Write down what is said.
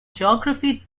geography